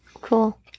cool